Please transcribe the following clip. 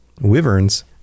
Wyverns